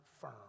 firm